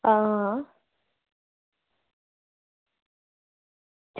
हां